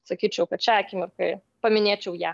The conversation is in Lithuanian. sakyčiau kad šią akimirkai paminėčiau ją